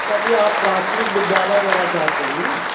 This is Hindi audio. सभी आप प्राथमिक विद्यालय वगैरह चाहते हैं ना